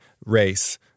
Race